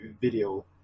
video